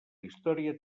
història